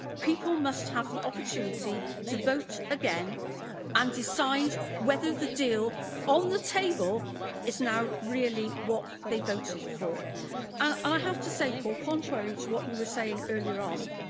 people must have the opportunity to vote again and decide whether the deal on the table is now really what they voted for. and i have to say, paul, contrary to what you were saying earlier um